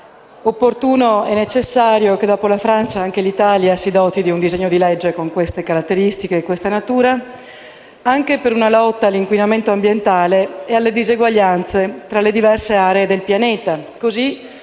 È opportuno e necessario che, dopo la Francia, anche l'Italia si doti di un testo di legge con queste caratteristiche e questa natura anche per una lotta all'inquinamento ambientale e alle diseguaglianze tra le diverse aree del pianeta,